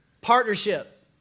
Partnership